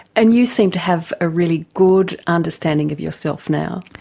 and you seem to have a really good understanding of yourself now.